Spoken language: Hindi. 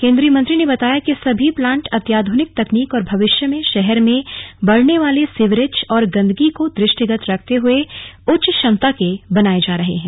केन्द्रीय मंत्री ने बताया कि सभी प्लान्ट अत्याधुनिक तकनीक और भविष्य में शहर में बढ़ने वाले सीवरेज और गंदगी को दृष्टीगत रखते हुए उच्च क्षमता के बनाए जा रहे हैं